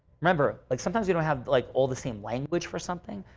remember, like sometimes we don't have like all the same language for something.